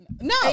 No